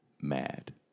mad